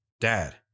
Dad